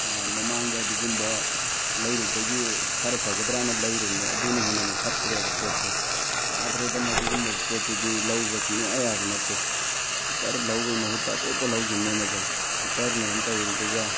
ꯃꯃꯥꯡꯗ ꯑꯗꯨꯒꯨꯝꯕ ꯂꯩꯔꯨꯕꯗꯒꯤ ꯈꯔ ꯐꯒꯗ꯭ꯔꯥꯅ ꯂꯩꯔꯨꯝꯅꯦ ꯑꯗꯨꯅ ꯍꯦꯟꯅ ꯑꯃꯨꯛ ꯐꯠꯇ꯭ꯔꯦꯕ ꯄꯣꯠꯁꯦ ꯌꯥꯗ꯭ꯔꯦꯗ ꯃꯗꯨꯒꯨꯝꯕ ꯄꯣꯠꯇꯨꯗꯤ ꯂꯧꯕ ꯁꯨꯡꯌꯥ ꯌꯥꯕ ꯅꯠꯇꯦ ꯍꯤꯠꯇꯔ ꯂꯧꯕꯩ ꯃꯍꯨꯠꯇ ꯑꯇꯣꯞꯄ ꯂꯧꯒꯤꯕꯅ ꯍꯦꯟꯅ ꯐꯩ ꯍꯤꯠꯇꯔꯅꯦꯅ ꯇꯧꯔꯤꯗꯨꯒ